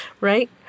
Right